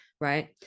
right